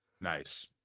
Nice